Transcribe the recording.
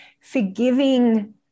forgiving